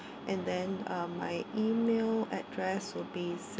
and then uh my email address will be